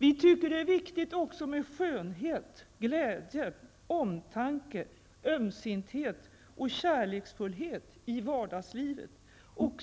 Vi tycker också att det är viktigt med skönhet, glädje, omtanke, ömsinthet och kärleksfullhet i vardagslivet;